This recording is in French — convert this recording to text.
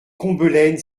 combelaine